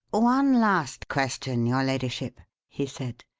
one last question, your ladyship, he said.